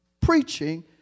preaching